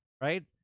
right